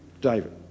David